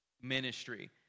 ministry